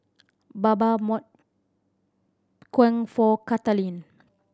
Bama kueh for Kathaleen